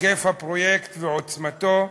היקף הפרויקט ועוצמתו,